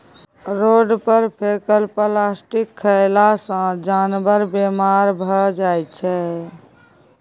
road पर फेकल plastic खएला सँ जानबर बेमार भए जाइ छै